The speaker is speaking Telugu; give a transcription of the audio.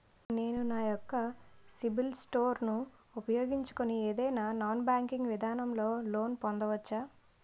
నేను నా యెక్క సిబిల్ స్కోర్ ను ఉపయోగించుకుని ఏదైనా నాన్ బ్యాంకింగ్ విధానం లొ లోన్ పొందవచ్చా?